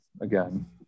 again